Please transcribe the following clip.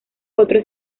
otros